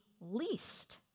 least